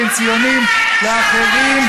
בין ציונים לאחרים,